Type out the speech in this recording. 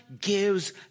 gives